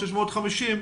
650,